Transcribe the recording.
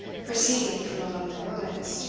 proceeding from among the ruins.